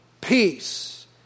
peace